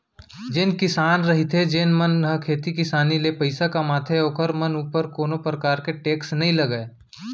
जेन किसान रहिथे जेन मन ह खेती किसानी ले पइसा कमाथे ओखर मन ऊपर कोनो परकार के टेक्स नई लगय